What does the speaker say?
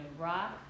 Rock